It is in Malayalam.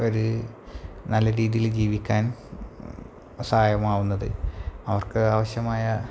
ഒരു നല്ല രീതിയിൽ ജീവിക്കാൻ സഹായകമാവുന്നത് അവർക്ക് ആവശ്യമായ